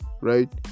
right